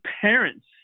parents